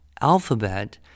alphabet